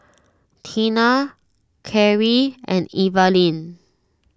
Tina Karie and Evaline